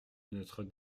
notre